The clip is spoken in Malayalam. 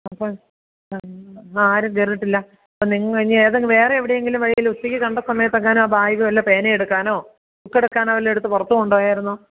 അപ്പം ആരും കയറിയിട്ടില്ല നിങ്ങൾ ഇനി ഏതെങ്കിലും വേറെ എവിടെയെങ്കിലും വഴിയിൽ ഉച്ചയ്ക്ക് കണ്ട സമയത്തെങ്ങാനും ആ ബായ്ഗ് വല്ല പേനെയെടുക്കാനോ ബുക്കെടുക്കാനോ വല്ലം എടുത്തു പുറത്തുകൊണ്ടുപോയായിരുന്നോ